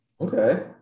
Okay